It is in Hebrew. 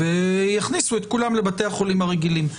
ויכניסו את כולם לבתי החולים הרגילים.